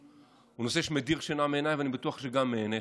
הוא נושא שמדיר שינה מעיניי ואני בטוח שגם מעיניך,